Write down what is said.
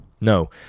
No